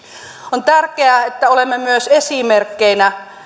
on tärkeää että olemme myös esimerkkeinä